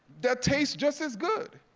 that tastes just as good,